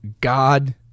God